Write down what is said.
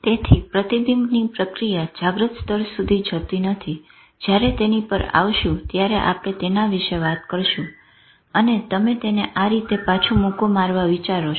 તેથી પ્રતિબિંબની પ્રક્રિયા જાગ્રત સ્તર સુધી જતું નથી જયારે તેની પર આવશું ત્યારે આપણે તેના વિષે વાત કરશું અને તમે તેને આ રીતે પાછો મુક્કો મારવા વિચારો છો